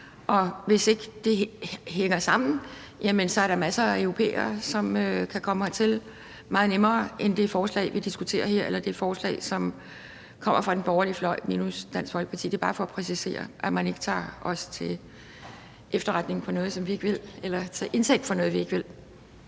og hvis ikke det hænger sammen, er der masser af europæere, som kan komme hertil. Det er meget nemmere end det, som forslaget, vi diskuterer her, eller det forslag, som kommer fra den borgerlige fløj minus Dansk Folkeparti, peger på. Det er bare for at præcisere det, så man ikke tager os til indtægt for noget, vi ikke vil.